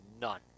none